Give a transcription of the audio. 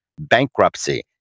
bankruptcy